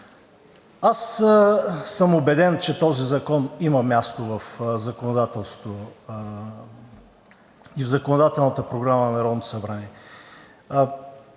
Аз съм убеден, че този закон има място в законодателството и в законодателната програма на Народното събрание.